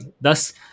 Thus